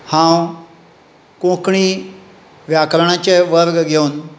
हांव कोंकणी व्याकरणाचे वर्ग घेवन